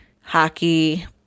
hockey